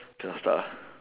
just start lah